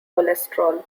cholesterol